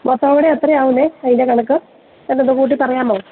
മൊത്തവൂടെ എത്രയാകുമെന്നേ അതിൻ്റെ കണക്ക് ഒന്ന് കൂട്ടിപ്പറയാമോ